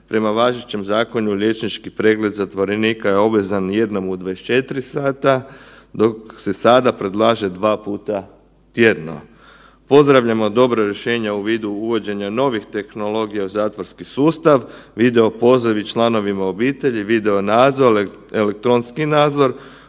prema važećem zakonu, liječnički pregled zatvorenika je obvezan jednom u 24 h, dok se sada predlaže 2 puta tjedno. Pozdravljamo dobro rješenje u vidu uvođenja novih tehnologija u zatvorski sustav, video pozivi članovima obitelji, video nadzor, elektronski nadzor,